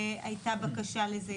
הייתה בקשה לזה,